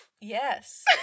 Yes